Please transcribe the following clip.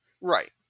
Right